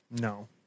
No